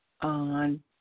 on